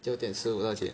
九点十五到几点